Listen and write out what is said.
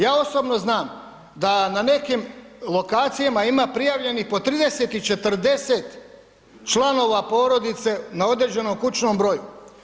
Ja osobno znam da na nekim lokacijama ima prijavljenih po 30 i 40 članova porodice na određenom kućnom broju.